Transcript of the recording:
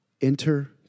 Enter